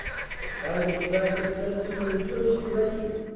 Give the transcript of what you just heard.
the tide of traffic sets in the reverse direc tion.